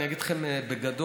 אני אגיד לכם בגדול,